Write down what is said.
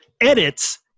edits